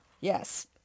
Yes